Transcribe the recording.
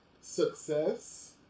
success